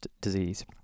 disease